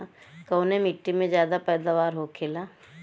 कवने मिट्टी में ज्यादा पैदावार होखेला?